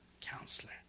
Counselor